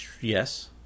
Yes